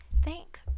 thank